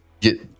get